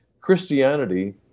Christianity